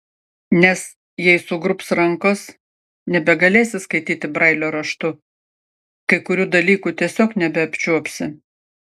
nes jei sugrubs rankos nebegalėsi skaityti brailio raštu kai kurių dalykų tiesiog nebeapčiuopsi